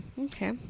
Okay